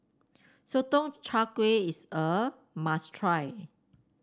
Sotong Char Kway is a must try